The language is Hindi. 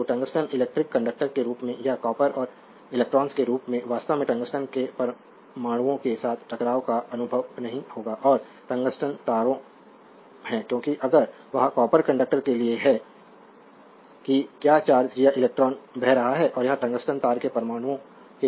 तो टंगस्टन इलेक्ट्रिक कंडक्टर के रूप में या कॉपर और इलेक्ट्रॉन्स के रूप में वास्तव में टंगस्टन के परमाणुओं के साथ टकराव का अनुभव नहीं होगा और टंगस्टन तारों है क्योंकि अगर वह कॉपर कंडक्टर के लिए है कि क्या चार्ज या इलेक्ट्रॉन बह रहा है और यह टंगस्टन तार के परमाणुओं के साथ टकराव करेगा